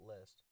list